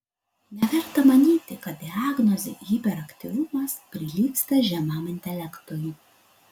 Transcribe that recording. neverta manyti kad diagnozė hiperaktyvumas prilygsta žemam intelektui